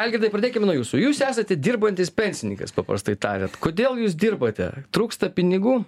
algirdai pradėkim nuo jūsų jūs esate dirbantis pensinykas paprastai tariant kodėl jūs dirbate trūksta pinigų